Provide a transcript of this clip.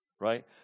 right